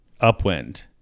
upwind